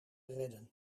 redden